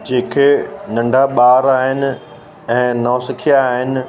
जंहिं खे नंढा ॿार आहिनि ऐं नौसिखिया आहिनि